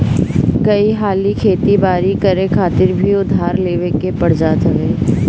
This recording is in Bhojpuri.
कई हाली खेती बारी करे खातिर भी उधार लेवे के पड़ जात हवे